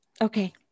Okay